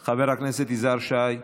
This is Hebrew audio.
חבר הכנסת יזהר שי?